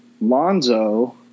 Lonzo